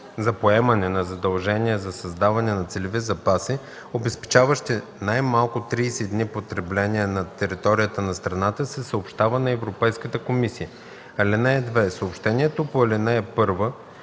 за поемане на задължение за създаване на целеви запаси, обезпечаващи най-малко 30 дни потребление на територията на страната, се съобщава на Европейската комисия. (2) Съобщението по ал. 1